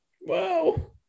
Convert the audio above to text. Wow